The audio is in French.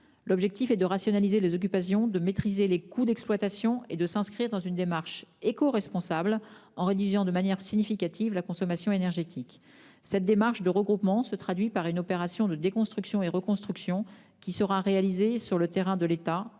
L'objectif est de rationaliser les occupations, de maîtriser les coûts d'exploitation et de s'inscrire dans une démarche écoresponsable, en réduisant de manière significative la consommation énergétique. Cette démarche de regroupement se traduit par une opération de déconstruction et de reconstruction, qui sera réalisée sur le terrain de l'État